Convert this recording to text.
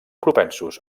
propensos